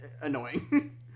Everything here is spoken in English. annoying